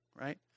right